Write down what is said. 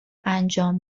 انجام